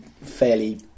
fairly